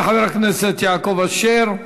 תודה לחבר הכנסת יעקב אשר.